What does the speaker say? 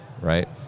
right